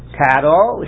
cattle